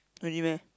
really meh